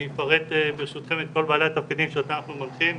אני אפרט ברשותכם את כל בעלי התפקידים שאותם אנחנו מנחים ומכשירים,